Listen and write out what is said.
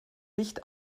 licht